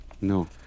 No